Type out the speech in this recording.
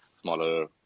smaller